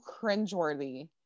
cringeworthy